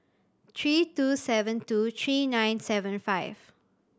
three two seven two three nine seven five